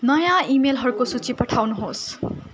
नयाँ इमेलहरूको सूची पठाउनु होस्